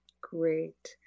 Great